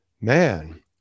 man